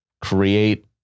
create